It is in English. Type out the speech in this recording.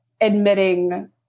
admitting